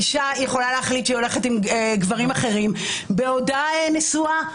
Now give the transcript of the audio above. אישה יכולה להחליט שהיא הולכת עם גברים אחרים בעודה נשואה,